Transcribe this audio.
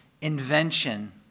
invention